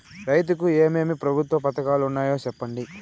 రైతుకు ఏమేమి ప్రభుత్వ పథకాలు ఉన్నాయో సెప్పండి?